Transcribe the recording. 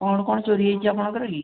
କ'ଣ କ'ଣ ଚୋରି ହେଇଛି ଆପଣଙ୍କର କି